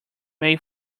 may